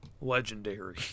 legendary